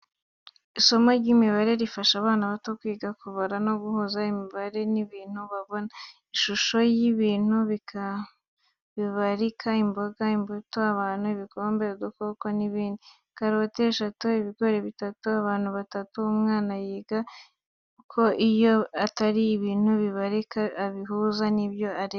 Isomo ry'imibare rifasha abana bato kwiga kubara no guhuza imibare n'ibintu babona. Ishusho y’ibintu bibarika imboga, imbuto, abantu, ibikombe, udukoko, n'ibindi. Karoti eshatu ibigori bitatu abantu batatu umwana yiga ko iyo ari ibintu bibarika abihuza nibyo areba.